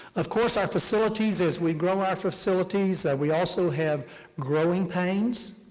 of course our facilities, as we grow our facilities, we also have growing pains.